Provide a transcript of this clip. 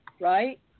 right